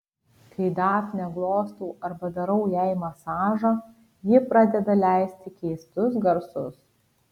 kai dafnę glostau arba darau jai masažą ji pradeda leisti keistus garsus